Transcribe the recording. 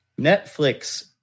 Netflix